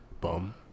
Bum